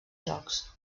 jocs